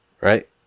right